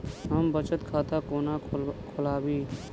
हम बचत खाता कोना खोलाबी?